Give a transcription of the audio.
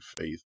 faith